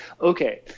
okay